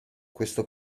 questo